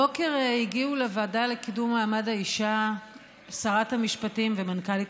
הבוקר הגיעו לוועדה לקידום מעמד האישה שרת המשפטים ומנכ"לית